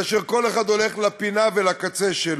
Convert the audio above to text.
כאשר כל אחד הולך לפינה ולקצה שלו.